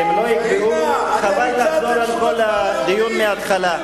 הם לא יקבעו, חבל לחזור על כל הדיון מההתחלה.